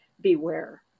beware